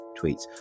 tweets